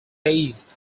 based